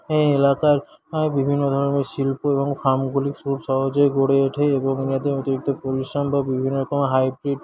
এই এলাকার বিভিন্ন ধরনের শিল্প এবং ফার্মগুলি খুব সহজেই গড়ে ওঠে এবং পরিশ্রম বিভিন্ন রকম হাইব্রিড